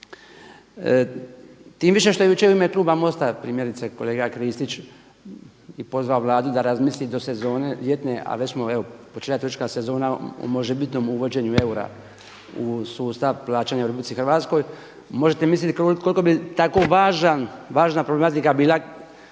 Tim više što je jučer u ime kluba MOST-a primjerice kolega Kristić i pozvao Vladu da razmisli do sezone ljetne a već smo evo počela je turistička sezona o možebitnom uvođenju eura u sustav plaćanja u RH. Možete misliti koliko bi tako važan, važna problematika bila